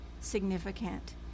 significant